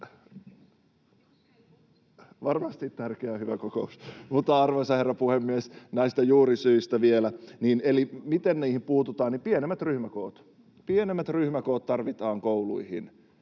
Varmasti tärkeä ja hyvä kokous. Arvoisa herra puhemies! Näistä juurisyistä vielä, eli miten niihin puututaan? Pienemmillä ryhmäkoilla.